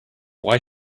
why